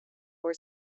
for